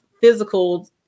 physical